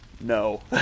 no